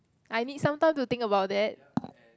I need sometime to think about it